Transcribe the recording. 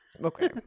Okay